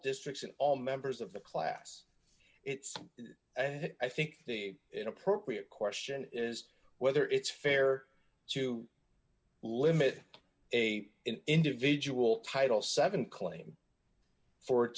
districts in all members of the class it's i think the inappropriate question is whether it's fair to limit a individual title seven claim for